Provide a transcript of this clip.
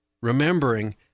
remembering